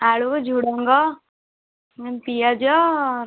ଆଳୁ ଝୁଡ଼ଙ୍ଗ ପିଆଜ